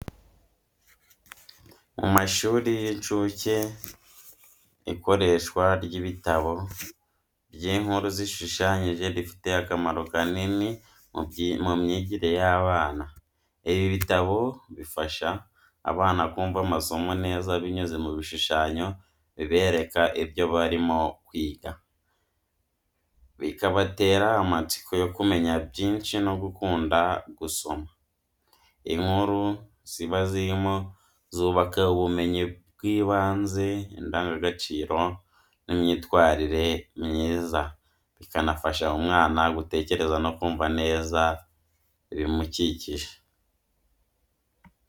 Mu mashuri y’incuke, ikoreshwa ry’ibitabo by’inkuru zishushanyije rifite akamaro kanini mu myigire y’abana. Ibi bitabo bifasha abana kumva amasomo neza binyuze mu bishushanyo bibereka ibyo barimo kwiga, bikabatera amatsiko yo kumenya byinshi no gukunda gusoma. Inkuru ziba zirimo zubaka ubumenyi bw’ibanze, indangagaciro n’imyitwarire myiza, zikanafasha umwana gutekereza no kumva neza ibimukikije.